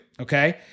okay